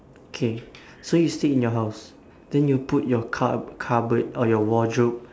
K so you stay in your house then you put your cup~ cupboard or your wardrobe